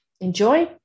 Enjoy